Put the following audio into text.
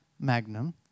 magnum